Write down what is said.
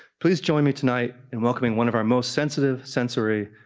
please join me tonight in welcoming one of our most sensitive, sensory,